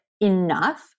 enough